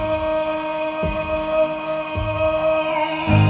oh